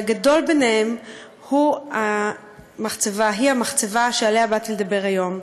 והגדול ביניהם הוא המחצבה שעליה באתי לדבר היום.